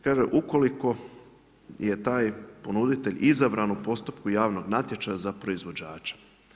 Kaže, ukoliko je taj ponuditelj izabran u postupku javnog natječaja za proizvođače.